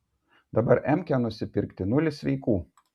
dabar emkę nusipirkti nulis sveikų